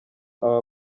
aba